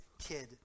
kid